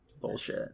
bullshit